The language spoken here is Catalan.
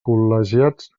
col·legiats